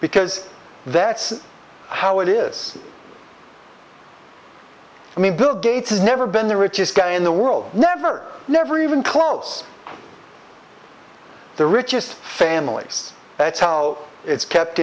because that's how it is i mean bill gates has never been the richest guy in the world never never even close the richest families that's how it's kept